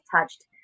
touched